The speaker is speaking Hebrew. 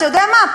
אתה יודע מה,